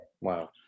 Wow